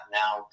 now